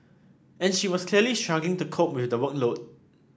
and she was clearly struggling to cope with the workload